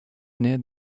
near